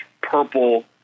purple